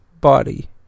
body